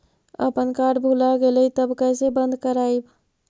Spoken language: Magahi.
अपन कार्ड भुला गेलय तब कैसे बन्द कराइब?